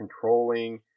controlling